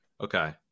Okay